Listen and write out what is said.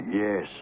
Yes